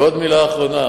ועוד מלה אחרונה.